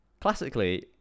Classically